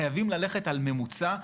חייבים ללכת על ממוצע,